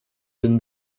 den